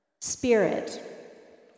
Spirit